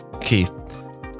Keith